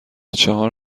چهار